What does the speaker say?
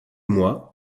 mois